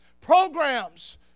Programs